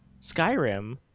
Skyrim